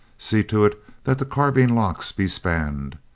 see to it that the carbine locks be spanned.